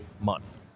month